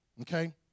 Okay